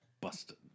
Busted